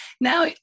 Now